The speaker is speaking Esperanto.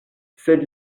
sed